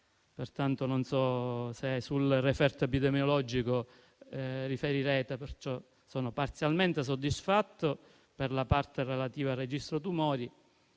se riferirete sul referto epidemiologico e, perciò, sono parzialmente soddisfatto per la parte relativa al registro tumori,